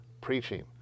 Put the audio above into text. preaching